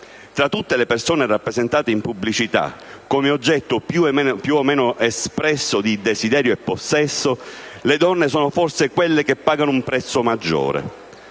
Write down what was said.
Tra tutte le persone rappresentate in pubblicità come oggetto, più o meno espresso, di desiderio e possesso, le donne sono forse quelle che pagano un prezzo maggiore.